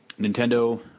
Nintendo